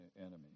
enemy